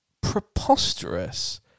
preposterous